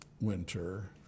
winter